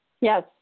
yes